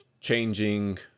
changing